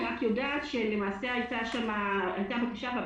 אני יודעת רק שהייתה בקשה שהתקבלה.